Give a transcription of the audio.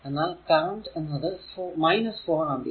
എന്നാൽ കറന്റ് എന്നത് 4 ആമ്പിയർ